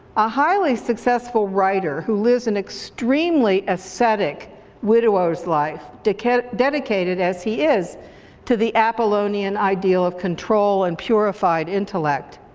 a highly successful writer who lives an extremely ascetic widower's life, dedicated dedicated as he is to the apollonian ideal of control and purified intellect.